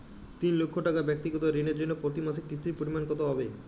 তিন লক্ষ টাকা ব্যাক্তিগত ঋণের জন্য প্রতি মাসে কিস্তির পরিমাণ কত হবে?